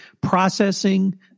processing